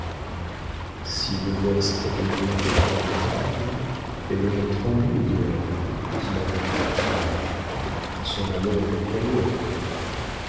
si modeste aimait quelqu'un du havre elle aurait tremblé hier dit madame latournelle son amant est donc ailleurs